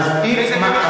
וזה במרחק כזה,